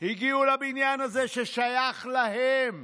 הגיעו לבניין הזה, ששייך להם.